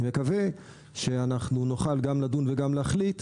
אני מקווה שנוכל גם לדון וגם להחליט.